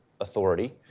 authority